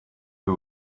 who